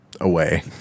away